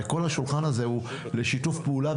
הרי כל השולחן הזה הוא לשיתוף פעולה,